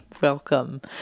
Welcome